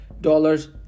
dollars